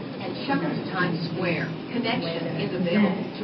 you know, in this, in this way that it presents,